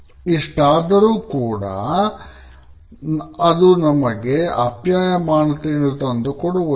ಇಷ್ಟಾದರೂ ಕೂಡ ಇದು ನಮಗೆ ಅಪ್ಯಾಯಮಾನತೆಯನ್ನು ತಂದು ಕೊಡುವುದಿಲ್ಲ